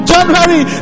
January